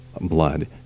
blood